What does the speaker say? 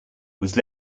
was